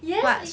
yes he